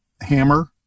hammer